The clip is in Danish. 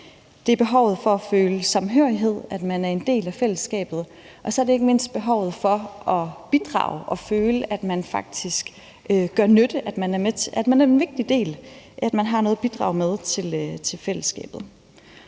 det er behovet for at føle samhørighed, altså at man er en del af fællesskabet; og så er det ikke mindst behovet for at bidrage og føle, at man faktisk gør nytte, og at man er en vigtig del af og har noget at bidrage med til fællesskabet.